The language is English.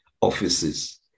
offices